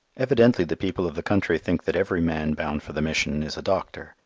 evidently the people of the country think that every man bound for the mission is a doctor,